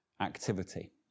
activity